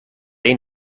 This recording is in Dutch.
een